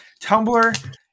Tumblr